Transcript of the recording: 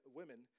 women